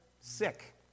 sick